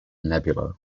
nebulae